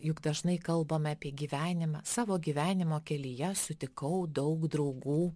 juk dažnai kalbame apie gyvenimą savo gyvenimo kelyje sutikau daug draugų